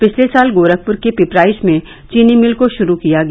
पिछले साल गोरखपुर के पिपराइच में चीनी मिल को शुरू किया गया